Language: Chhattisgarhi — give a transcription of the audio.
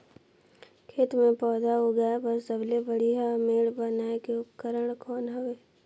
खेत मे पौधा उगाया बर सबले बढ़िया मेड़ बनाय के उपकरण कौन हवे?